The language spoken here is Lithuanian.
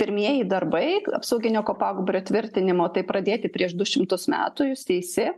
pirmieji darbai apsauginio kopagūbrio tvirtinimo tai pradėti prieš du šimtus metų jūs teisi